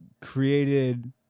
created